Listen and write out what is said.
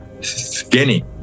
skinny